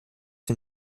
dem